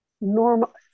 normal